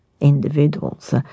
individuals